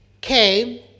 came